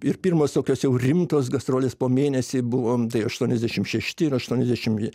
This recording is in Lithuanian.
ir pirmos tokios jau rimtos gastrolės po mėnesį buvom tai aštuoniasdešimt šeši ir aštuoniasdešimt